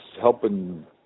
helping